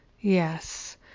Yes